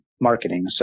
marketing